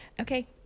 Okay